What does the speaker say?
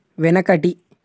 వెనకటి